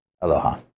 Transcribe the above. Aloha